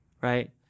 right